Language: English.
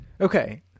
okay